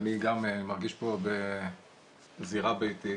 אני גם מרגיש פה בזירה ביתית.